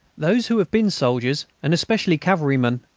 those who have been soldiers, and especially cavalrymen,